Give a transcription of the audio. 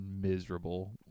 miserable